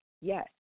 Yes